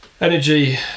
energy